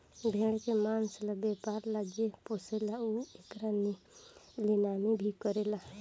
भेड़ के मांस ला व्यापर ला जे पोसेला उ एकर नीलामी भी करेला